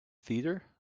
theater